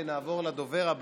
הגיעו על דברים שכבר ניתנו,